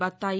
బత్తాయి